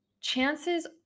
chances